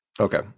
Okay